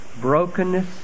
Brokenness